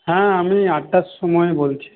হ্যাঁ আমি আটটার সময় বলছি